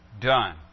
done